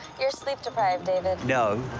you're sleep deprived, david. no.